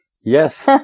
Yes